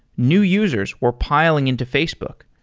new users were piling into facebook.